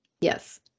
Yes